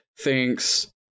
thinks